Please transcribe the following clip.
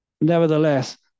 nevertheless